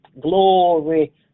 glory